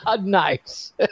Nice